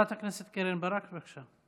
חברת הכנסת קרן ברק, בבקשה.